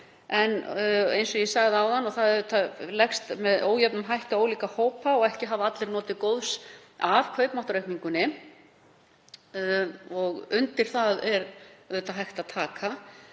undir það tökum við. En það leggst með ójöfnum hætti á ólíka hópa og ekki hafa allir notið góðs af kaupmáttaraukningunni og undir það er auðvitað hægt að taka.